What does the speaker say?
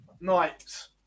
night